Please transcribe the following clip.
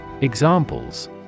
Examples